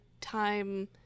time